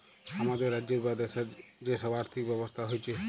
হামাদের রাজ্যের বা দ্যাশের যে সব আর্থিক ব্যবস্থা হচ্যে